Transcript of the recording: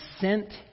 sent